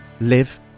live